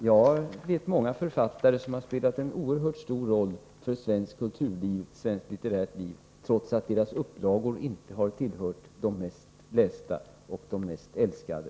Jag vet många författare, som har spelat en oerhört stor roll för svenskt kulturliv och svenskt litterärt liv, trots att deras upplagor inte har tillhört de mest lästa och älskade.